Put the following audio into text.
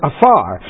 Afar